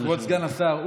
כבוד סגן השר,